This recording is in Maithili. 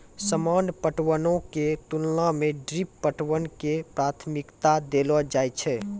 सामान्य पटवनो के तुलना मे ड्रिप पटवन के प्राथमिकता देलो जाय छै